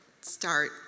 start